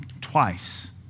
Twice